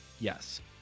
Yes